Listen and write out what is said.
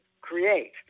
create